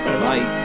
-bye